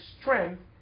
strength